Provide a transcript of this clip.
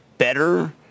better